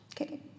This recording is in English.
Okay